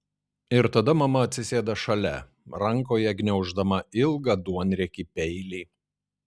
ir tada mama atsisėda šalia rankoje gniauždama ilgą duonriekį peilį